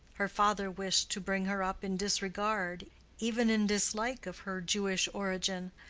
her father wished to bring her up in disregard even in dislike of her jewish origin,